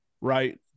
right